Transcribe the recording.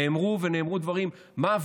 נאמרו דברים: מה,